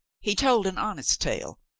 he told an honest tale,